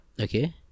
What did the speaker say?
Okay